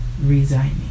resigning